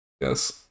Yes